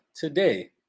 today